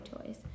toys